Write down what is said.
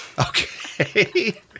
Okay